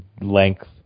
length